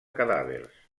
cadàvers